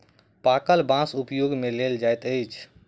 पाकल बाँस उपयोग मे लेल जाइत अछि